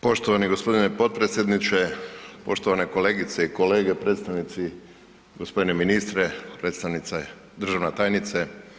Poštovani g. potpredsjedniče, poštovane kolegice i kolege, predstavnici, g. ministre, predstavnice, državna tajnice.